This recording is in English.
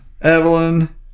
Evelyn